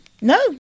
no